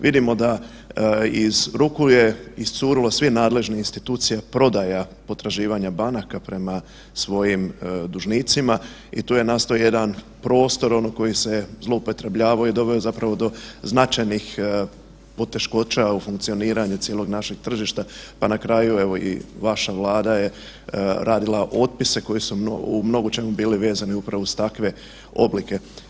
Vidimo da iz ruku je iscurilo svih nadležnih institucija prodaja potraživanja banaka prema svojim dužnicima i tu je nasto jedan prostor koji se je zloupotrebljavao i doveo zapravo do značajnih poteškoća u funkcioniranju cijelog našeg tržišta, pa na kraju evo i vaša Vlada je radila otpise koji su u mnogočemu bili vezani upravo uz takve oblike.